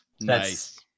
Nice